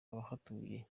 abahatuye